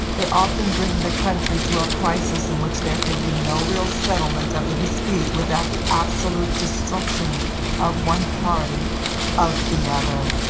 they often bring the country to a crisis in which there can be no real settlement of the dispute without the absolute destruction of one party of the other.